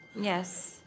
Yes